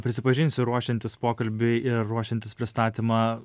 prisipažinsiu ruošiantis pokalbiui ir ruošiantis pristatymą